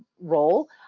role